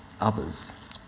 others